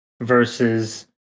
versus